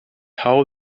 how